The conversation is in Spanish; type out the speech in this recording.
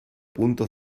punto